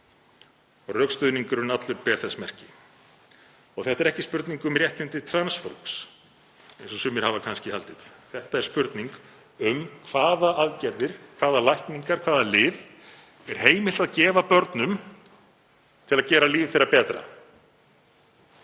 Rökstuðningurinn allur ber þess merki. Og þetta er ekki spurning um réttindi trans fólks eins og sumir hafa kannski haldið. Þetta er spurning um hvaða aðgerðir, hvaða lækningar, hvaða lyf er heimilt að gefa börnum til að gera líf þeirra betra.